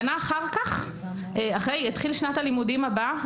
שנה אחר כך התחילה שנת הלימודים הבאה.